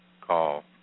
call